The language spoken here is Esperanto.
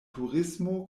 turismo